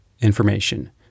information